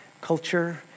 culture